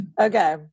Okay